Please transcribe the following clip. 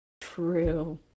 true